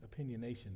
opinionation